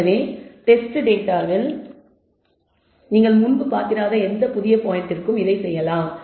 எனவே test data தொகுப்பில் நீங்கள் முன்பு பார்த்திராத எந்த புதிய பாயிண்ட்டிலும் இதைச் செய்யலாம்